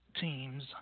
teams